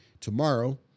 tomorrow